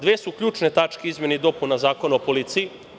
Dve su ključne tačke izmena i dopuna Zakona o policiji.